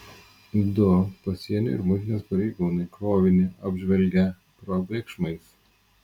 du pasienio ir muitinės pareigūnai krovinį apžvelgę probėgšmais